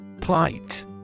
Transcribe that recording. Plight